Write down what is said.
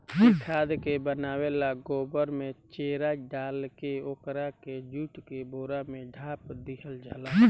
ए खाद के बनावे ला गोबर में चेरा डालके ओकरा के जुट के बोरा से ढाप दिहल जाला